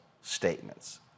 statements